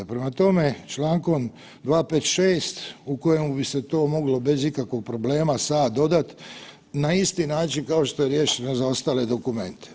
Prema tome, člankom 256. u kojemu bi se to moglo bez ikakvog problema sad dodati na isti način kao što je riješeno za ostale dokumente.